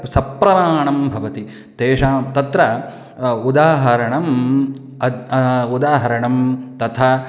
सप्रमाणं भवति तेषां तत्र उदाहरणम् उदाहरणं तथा